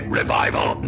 revival